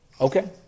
Okay